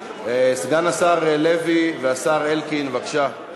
סגן השר לוי והשר אלקין, בבקשה,